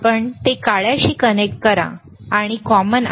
आपण ते काळ्याशी कनेक्ट करा आणि कॉमन आहे